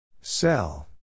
Sell